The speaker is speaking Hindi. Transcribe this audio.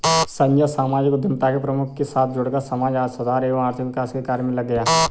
संजय सामाजिक उद्यमिता के प्रमुख के साथ जुड़कर समाज सुधार एवं आर्थिक विकास के कार्य मे लग गया